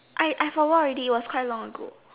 I I forget already it was quite long ago